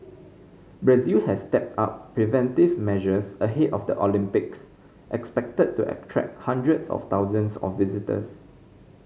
Brazil has stepped up preventive measures ahead of the Olympics expected to attract hundreds of thousands of visitors